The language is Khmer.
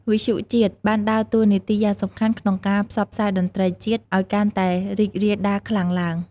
វិទ្យុជាតិ បានដើរតួនាទីយ៉ាងសំខាន់ក្នុងការ ផ្សព្វផ្សាយតន្ត្រីជាតិ ឲ្យកាន់តែរីករាលដាលខ្លាំងទ្បើង។